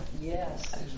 Yes